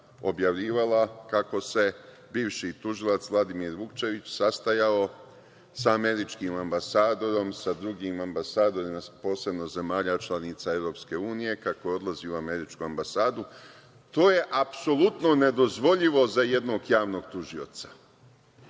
objavljivala kako se bivši tužilac Vladimir Vukčević sastajao sa američkim ambasadorom, sa drugim ambasadorima, posebno zemalja članica Evropske unije, kako je odlazio u američku ambasadu – to je apsolutno nedozvoljivo za jednog javnog tužioca.